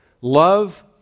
Love